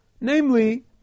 namely